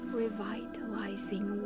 revitalizing